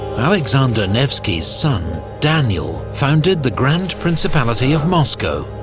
alexander nevsky's son, daniel, founded the grand principality of moscow,